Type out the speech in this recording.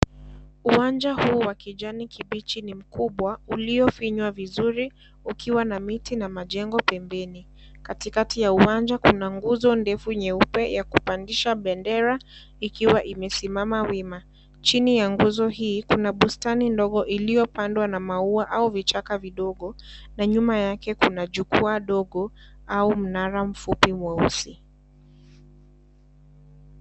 Uwanja huu wa kijani kibichi ni mkubwa uliofinywa vizuri ukiwa na miti na majengo pembeni, katikati ya uwanja kuna nguzo ndefu nyeupe ya kupandisha bendera ikiwa imesimama wima, chini ya gunzo hii kuna bustani ndogo iliopandwa na maua au vichaka vidogo na nyuma yake kuna jukwaa dogo au mnara mfupi mweusi.